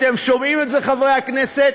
אתם שומעים את זה, חברי הכנסת?